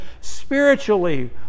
spiritually